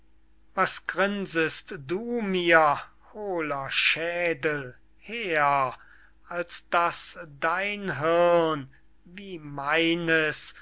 was grinsest du mir hohler schädel her als daß dein hirn wie meines